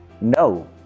no